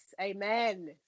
amen